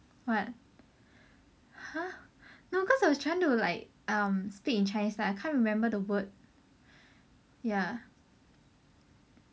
what !huh! no cause I was trying to like um speak in chinese like can't remember the word